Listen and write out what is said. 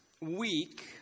week